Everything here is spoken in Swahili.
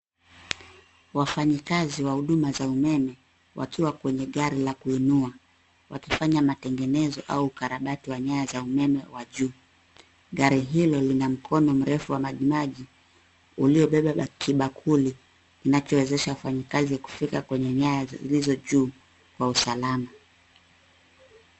Wafanyikazi wa huduma za umeme wakiwa kwenye gari la kuinua, wakifanya matengenezo au ukarabati wa nyaya za umeme kwa juu. Gari hilo lina mkono mrefu wa majimaji, uliobeba kibakuli kinachowawezesha wafanyikazi kufikia kwenye nyaya zilizo juu kwa usalama.